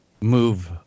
move